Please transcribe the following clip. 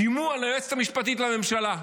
שימוע ליועצת המשפטית לממשלה.